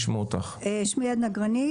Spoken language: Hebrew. שמי עדנה גרניט,